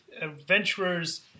Adventurers